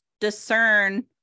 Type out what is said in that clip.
discern